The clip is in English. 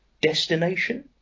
Destination